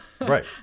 Right